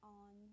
on